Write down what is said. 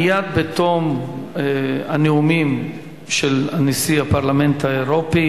מייד בתום הנאומים של נשיא הפרלמנט האירופי